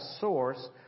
source